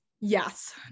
yes